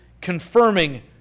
confirming